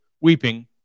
weeping